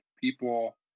people